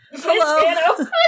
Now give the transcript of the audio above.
Hello